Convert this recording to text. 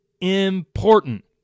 important